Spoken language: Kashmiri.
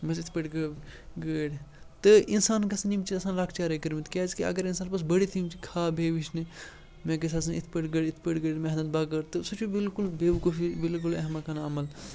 یِم حظ یِتھ پٲٹھۍ گٲڑۍ تہٕ اِنسان گژھن یِم چیٖز آسان لۄکچارَے کٔرۍمٕتۍ کیٛازِکہِ اگر اِنسان پوٚتُس بٔڑِتھ یِم خاب بیٚہہِ وٕچھنہِ مےٚ گژھِ آسٕںۍ یِتھ پٲٹھۍ گٲڑۍ یِتھ پٲٹھۍ گٲڑۍ محنت بغٲر تہٕ سُہ چھُ بلکل بےوقوٗفی بلکل احمقانہ عمل